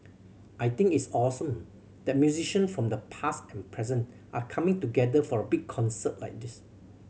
I think it's awesome that musician from the past and present are coming together for a big concert like this